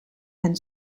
and